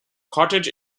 cottage